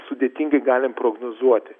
sudėtingai galim prognozuoti